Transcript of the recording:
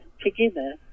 together